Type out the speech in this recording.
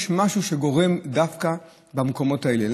משהו שגורם לזה דווקא במקומות האלה.